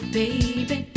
baby